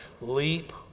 leap